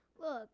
Look